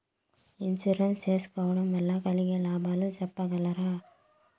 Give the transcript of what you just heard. Insurance సేసుకోవడం వల్ల కలిగే లాభాలు సెప్పగలరా?